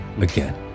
again